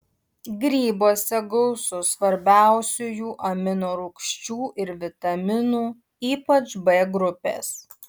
grybuose gausu svarbiausiųjų amino rūgščių ir vitaminų ypač b grupės